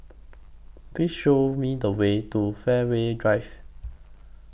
Please Show Me The Way to Fairways Drive